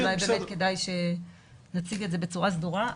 אולי כדאי שנציג את זה בצורה סדורה.